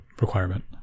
requirement